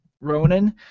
Ronan